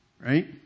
Right